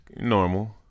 normal